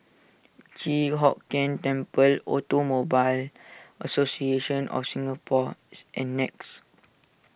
Chi Hock Keng Temple Automobile Association of Singapore's and Nex